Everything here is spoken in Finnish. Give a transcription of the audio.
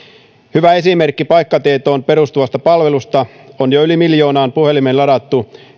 hyvä esimerkki paikkatietoon perustuvasta palvelusta on jo yli miljoonaan puhelimeen ladattu